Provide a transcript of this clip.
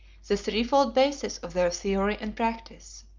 the threefold basis of their theory and practice.